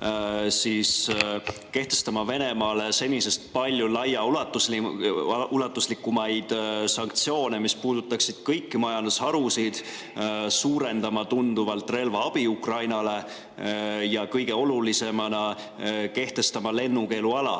üles kehtestama Venemaa vastu senisest palju laiaulatuslikumaid sanktsioone, mis puudutaksid kõiki majandusharusid, suurendama tunduvalt relvaabi Ukrainale ja kõige olulisemana kehtestama lennukeeluala